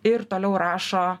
ir toliau rašo